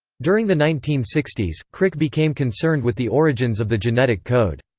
during the nineteen sixty s, crick became concerned with the origins of the genetic code.